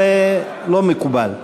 זה לא מקובל,